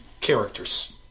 characters